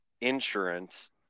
insurance